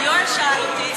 יואל שאל אותי,